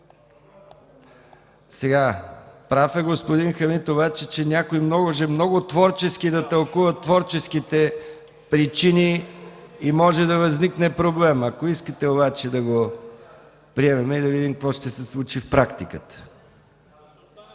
Прав е господин Хамид обаче, че някои може много творчески да тълкуват творческите причини и може да възникне проблем. Ако искате обаче да го приемем и да видим какво ще се случи в практиката